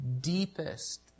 deepest